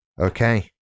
Okay